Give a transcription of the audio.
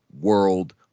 world